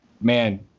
man